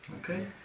Okay